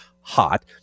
hot